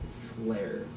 flare